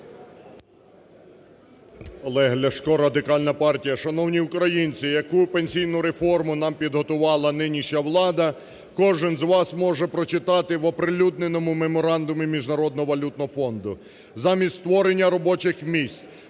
Олег Ляшко, Радикальна партія. Шановні українці, яку пенсійну реформу нам підготувала нинішня влада, кожен з вас може прочитати в оприлюдненому меморандумі Міжнародного валютного фонду. Замість створення робочих місць,